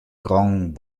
grand